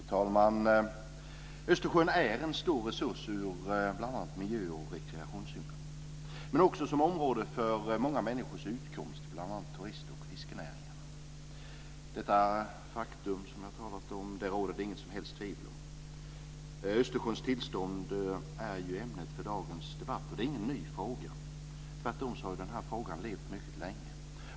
Fru talman! Östersjön är en stor resurs ur bl.a. miljö och rekreationssynpunkt, men också som område för många människors utkomst, bl.a. turist och fiskenäringarna. Detta faktum, som jag talat om tidigare, råder det inget som helst tvivel om. Östersjöns tillstånd är ämnet för dagens debatt, och det är ingen ny fråga. Tvärtom har den här frågan levt mycket länge.